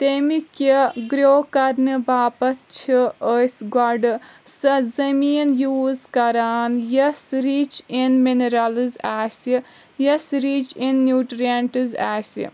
تٔمہِ کہِ گریو کرنہٕ باپتھ چھِ أسۍ گۄڈٕ سۄ زٔمیٖن یوٗز کران یۄس رِچ اِن منرلٕز آسہِ یوٚس رِچ اِن نیوٹریٚنٹس آسہِ